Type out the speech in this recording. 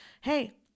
Hey